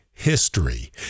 history